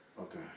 Okay